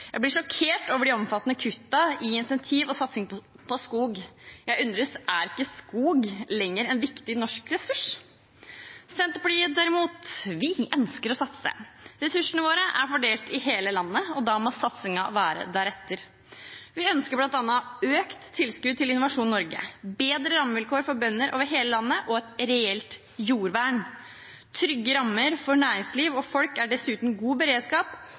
Jeg blir sjokkert over de omfattende kuttene i incentiver og satsing på skog. Jeg undres: Er ikke lenger skog en viktig norsk ressurs? Vi i Senterpartiet ønsker derimot å satse. Ressursene våre er fordelt i hele landet, og da må satsingen være deretter. Vi ønsker bl.a. økt tilskudd til Innovasjon Norge, bedre rammevilkår for bønder over hele landet og et reelt jordvern. Trygge rammer for næringsliv og folk er dessuten god beredskap,